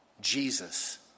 Jesus